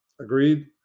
agreed